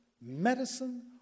medicine